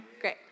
Great